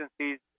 agencies